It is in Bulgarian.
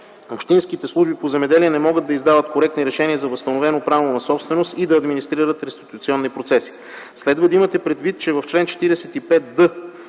общинските служби по земеделие не могат да издават коректни решения за възстановено право на собственост и да администрират реституционни процеси. Следва да имате предвид, че в чл. 45д,